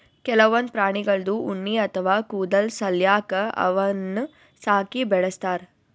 ಕೆಲವೊಂದ್ ಪ್ರಾಣಿಗಳ್ದು ಉಣ್ಣಿ ಅಥವಾ ಕೂದಲ್ ಸಲ್ಯಾಕ ಅವನ್ನ್ ಸಾಕಿ ಬೆಳಸ್ತಾರ್